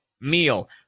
meal